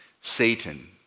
Satan